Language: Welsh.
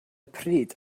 pryd